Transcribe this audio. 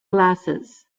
glasses